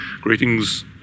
greetings